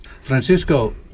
Francisco